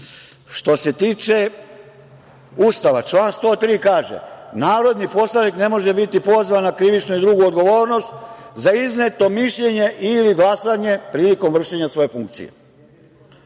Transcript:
se tiče Ustava, član 103. kaže – narodni poslanik ne može biti pozvan na krivičnu i drugu odgovornost za izneto mišljenje ili glasanje prilikom vršenja svoje funkcije.